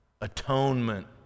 atonement